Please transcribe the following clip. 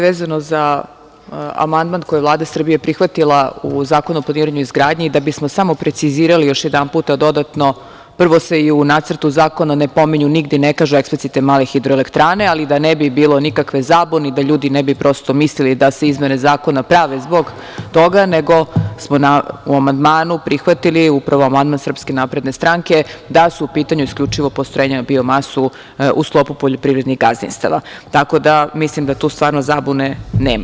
Vezano za amandman koji je Vlada Srbije prihvatila u Zakonu o planiranju i izgradnji, da bismo samo precizirali još jedanput dodatno, prvo se i u Nacrtu zakona ne pominju nigde i ne kažu eksplicite malih hidroelektrane, ali da ne bi bilo nikakve zabune i da ljudi ne bi prosto mislili da se izmene zakona prave zbog toga, nego smo u amandmanu prihvatili upravo amandman SNS, da su u pitanju isključivo postrojenja na biomasu u sklopu poljoprivrednih gazdinstava, tako da mislim da tu stvarno zabune nema.